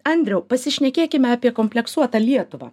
andriau pasišnekėkime apie kompleksuotą lietuvą